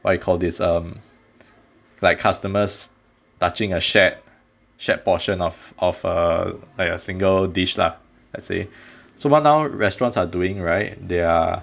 what you call this um like customers touching a shared shared portion of of a like single dish lah let's say some more now restaurants are doing right they are